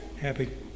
happy